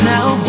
Now